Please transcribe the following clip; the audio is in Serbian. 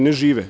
Ne žive.